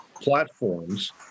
platforms